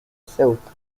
ceuta